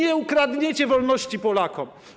Nie ukradniecie wolności Polakom.